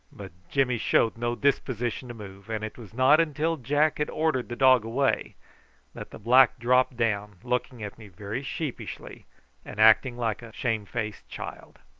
but jimmy showed no disposition to move, and it was not until jack had ordered the dog away that the black dropped down, looking at me very sheepishly and acting like a shamefaced child.